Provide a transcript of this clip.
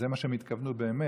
זה מה שהם התכוונו באמת.